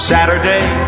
Saturday